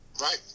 Right